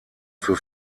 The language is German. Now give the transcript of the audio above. für